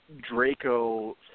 Draco